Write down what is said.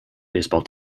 baseball